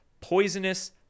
poisonous